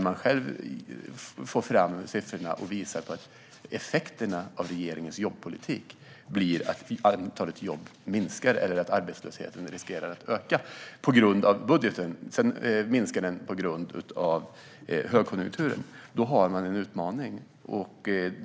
Men siffror kommer fram som visar att effekterna av regeringens jobbpolitik är att antalet jobb minskar eller att arbetslösheten riskerar att öka på grund av budgeten. Arbetslösheten minskar, men det är på grund av högkonjunkturen. Här finns en utmaning.